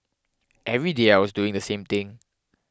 every day I was doing the same thing